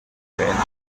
exams